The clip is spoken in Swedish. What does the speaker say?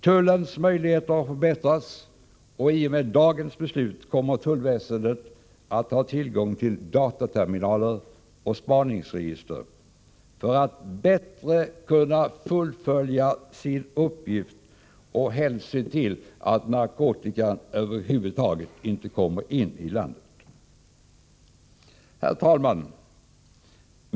Tullens möjligheter har förbättrats, och i och med dagens beslut kommer tullväsendet att ha tillgång till dataterminaler och spaningsregister för att bättre kunna fullfölja sin uppgift och helst se till att narkotikan över huvud taget inte kommer in i landet. Herr talman!